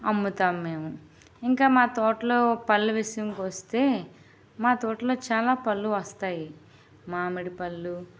అమ్ముతాము మేము ఇంకా మా తోటలో పళ్ళ విషయంకు వస్తే మా తోటలో చాలా పళ్ళు వస్తాయి మామిడి పళ్ళు